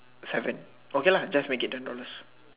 seven okay lah just make it ten dollars